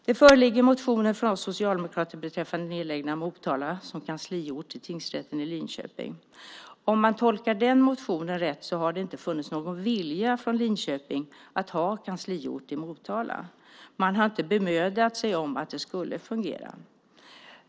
Det föreligger motioner från oss socialdemokrater beträffande nedläggning av Motala som kansliort vid tingsrätten i Linköping. Om man tolkar den motionen rätt har det inte funnits någon vilja från Linköping att ha kansliort i Motala. Man har inte bemödat sig om att det skulle fungera.